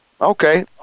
okay